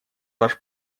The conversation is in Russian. ваш